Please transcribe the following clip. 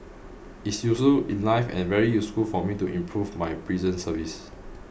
it's useful in life and very useful for me to improve my prison service